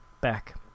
back